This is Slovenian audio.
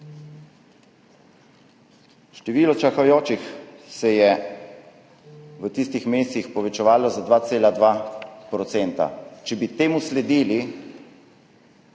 Število čakajočih se je v tistih mesecih povečevalo za 2,2 %. Če bi temu sledili,